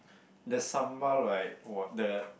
the sambal right [wah] the